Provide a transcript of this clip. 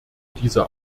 dieser